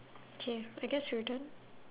K I guess we're done